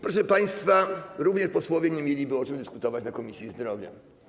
Proszę państwa, również posłowie nie mieliby o czym dyskutować w Komisji Zdrowia.